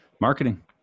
Marketing